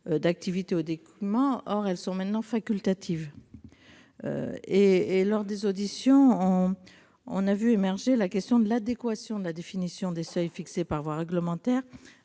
d'activité ou d'équipement ; elles sont désormais facultatives. En outre, les auditions ont fait émerger la question de l'adéquation de la définition des seuils fixés par voie réglementaire